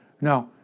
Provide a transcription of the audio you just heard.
Now